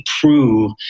prove